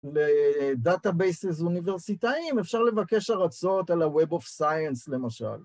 לדאטה-בייסס אוניברסיטאיים, אפשר לבקש הרצות על ה-Web of Science למשל.